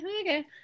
okay